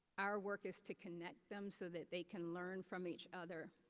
our work is to connect them so that they can learn from each other.